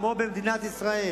על רצועת-עזה.